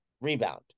rebound